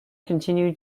continued